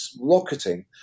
rocketing